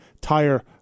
tire